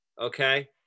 okay